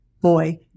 boy